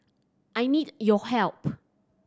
I need your help